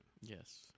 Yes